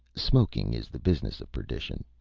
smoking is the business of perdition.